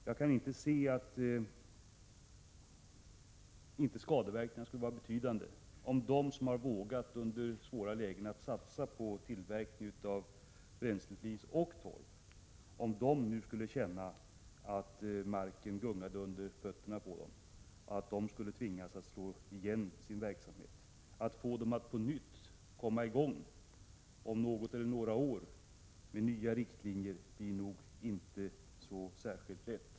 Jag kan se att skadeverkningarna skulle vara betydande om de som i svåra lägen har vågat satsa på tillverkning av bränsleflis och torv nu skulle känna att marken gungar under fötterna på dem och tvingas att slå igen sin verksamhet. Att få dem att komma i gång på nytt om något eller några år med nya riktlinjer blir nog inte så lätt.